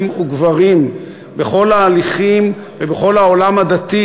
וגברים בכל ההליכים ובכל העולם הדתי.